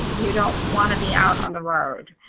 you don't want to be out on the road.